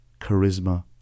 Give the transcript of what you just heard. charisma